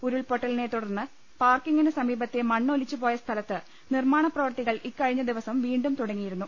ഉരുൾപൊട്ടിലിനെ തുടർന്ന് പാർക്കിന് സമീപത്തെ മണ്ണ് ഒലിച്ച് പ്പോയ സ്ഥലത്ത് നിർമ്മാണ പ്രവൃത്തികൾ ഇക്കഴിഞ്ഞ ദിവസം വീണ്ടും തുടങ്ങിയി രുന്നു